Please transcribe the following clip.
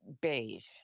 beige